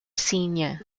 xenia